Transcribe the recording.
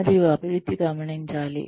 మరియు అభివృద్ధి గమనించాలి